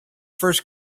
first